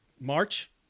March